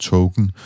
Token